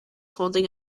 holding